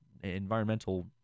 environmental